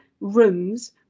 rooms